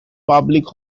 public